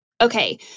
Okay